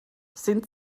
sind